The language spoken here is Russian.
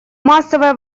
массовое